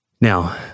Now